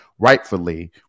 rightfully